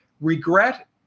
Regret